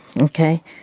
Okay